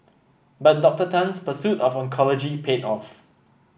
but Doctor Tan's pursuit of oncology paid off